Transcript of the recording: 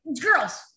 girls